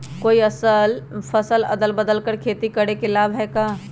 कोई फसल अदल बदल कर के खेती करे से लाभ है का?